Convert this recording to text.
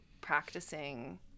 practicing